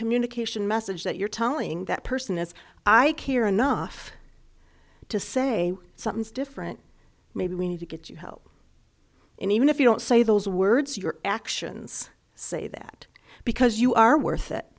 communication message that you're telling that person is i care enough to say something's different maybe we need to get you help in even if you don't say those words your actions say that because you are worth it